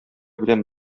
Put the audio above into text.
белән